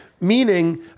Meaning